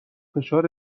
فشار